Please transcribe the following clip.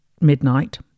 midnight